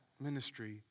ministry